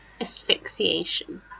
Asphyxiation